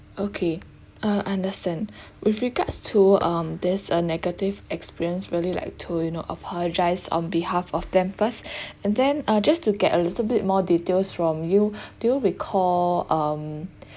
okay uh understand with regards to um this uh negative experience really like to you know apologise on behalf of them first and then uh just to get a little bit more details from you do you recall um